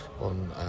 on